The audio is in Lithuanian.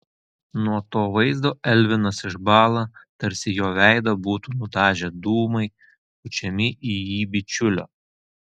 nuo to vaizdo elvinas išbąla tarsi jo veidą būtų nudažę dūmai pučiami į jį bičiulio